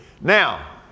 Now